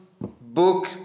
book